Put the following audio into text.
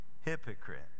hypocrite